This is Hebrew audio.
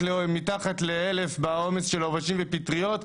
מתחת ל-1,000 בעומס של עובשים ופטריות,